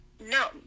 No